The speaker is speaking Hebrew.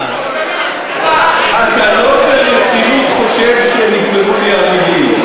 אתה לא ברצינות חושב שנגמרו לי המילים.